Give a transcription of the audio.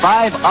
Five